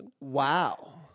Wow